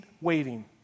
waiting